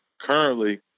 currently